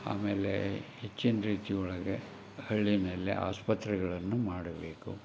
ಆಮೇಲೆ ಹೆಚ್ಚಿನ ರೀತಿ ಒಳಗೆ ಹಳ್ಳಿನಲ್ಲಿ ಆಸ್ಪತ್ರೆಗಳನ್ನು ಮಾಡಬೇಕು